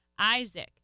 Isaac